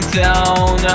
down